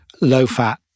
low-fat